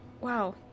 wow